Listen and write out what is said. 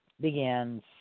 begins